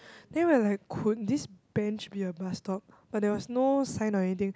then we're like could this bench be a bus stop but there was no sign or anything